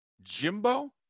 Jimbo